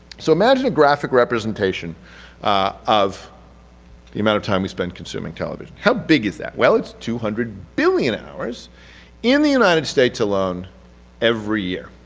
so, imagine a graphic representation of the amount of time we spend consuming television. how big is that? well it's two hundred billion hours in the united state alone every year.